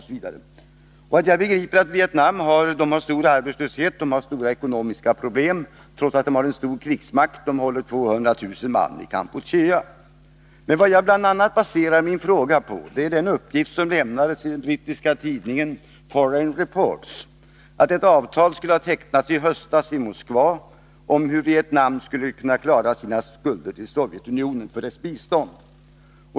Såvitt jag vet har Vietnam stor arbetslöshet och stora ekonomiska problem, trots att landet har en stor krigsmakt och håller 200 000 man i Kampuchea. Vad jag bl.a. baserar min fråga på är den uppgift som lämnats i den brittiska tidningen Foreign Reports, att ett avtal skulle ha tecknats i höstas i Moskva om hur Vietnam skall kunna klara sina skulder till Sovjetunionen för dess bistånd.